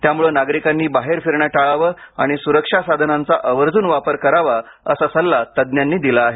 त्यामुळे नागरिकांनी बाहेर फिरणे टाळावे आणि सुरक्षा साधनांचा आवर्जून वापर करावा असा सल्ला तज्ञांनी दिला आहे